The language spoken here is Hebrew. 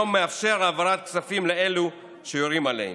מאפשר היום העברת כספים לאלו שיורים עלינו.